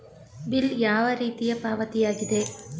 Bill ಯಾವ ರೀತಿಯ ಪಾವತಿಯಾಗಿದೆ?